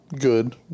good